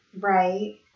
Right